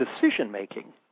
decision-making